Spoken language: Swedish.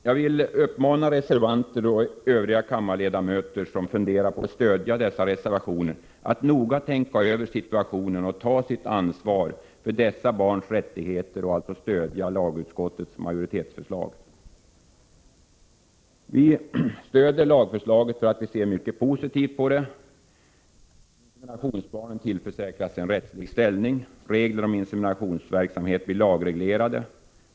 Jag vill uppmana reservanter och övriga kammarledamöter som funderar på att stödja dessa reservationer att noga tänka över situationen, ta sitt ansvar för dessa barns rättigheter och alltså stödja lagutskottets majoritetsförslag. Vi stöder lagförslaget för att vi ser mycket positivt på det. — Inseminationsbarnen tillförsäkras en rättslig ställning. — Inseminationsverksamheten blir lagreglerad.